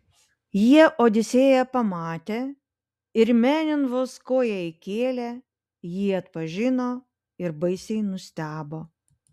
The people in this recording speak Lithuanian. jie odisėją pamatė ir menėn vos koją įkėlę jį atpažino ir baisiai nustebo